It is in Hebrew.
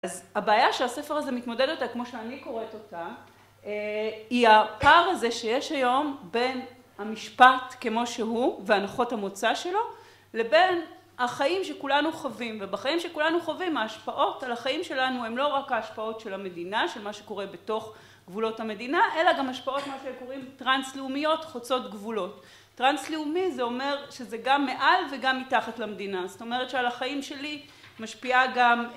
אז הבעיה שהספר הזה מתמודד אותה, כמו שאני קוראת אותה, היא הפער הזה שיש היום בין המשפט כמו שהוא והנחות המוצא שלו, לבין החיים שכולנו חווים, ובחיים שכולנו חווים, ההשפעות על החיים שלנו, הן לא רק ההשפעות של המדינה, של מה שקורה בתוך גבולות המדינה, אלא גם השפעות מה שהן קוראים טרנס-לאומיות חוצות גבולות. טרנס-לאומי זה אומר שזה גם מעל וגם מתחת למדינה, זאת אומרת שעל החיים שלי משפיעה גם